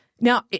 Now